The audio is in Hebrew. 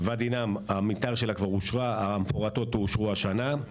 המתאר של ואדי נאם אושר, המפורטות אושרו השנה.